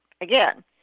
Again